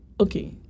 Okay